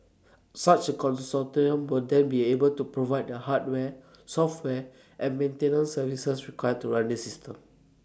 such A consortium will then be able to provide the hardware software and maintenance services required to run this system